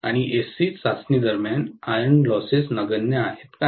आणि एससी चाचणी दरम्यान आयर्न लॉसेस नगण्य आहेत काय